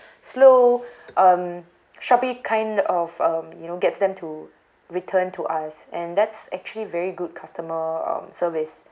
slow um shopee kind of um you know gets them to return to us and that's actually very good customer um service